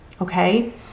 Okay